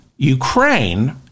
Ukraine